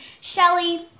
Shelly